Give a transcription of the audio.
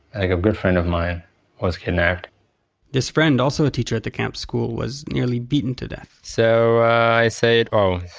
a good friend of mine was kidnapped this friend, also a teacher at the camp's school, was nearly beaten to death so i said oh,